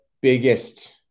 biggest